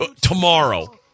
tomorrow